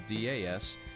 DAS